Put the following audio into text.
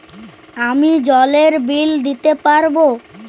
আমি জলের বিল দিতে পারবো?